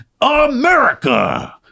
America